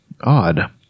odd